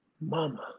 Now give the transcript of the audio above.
Mama